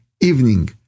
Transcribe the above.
evening